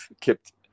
kept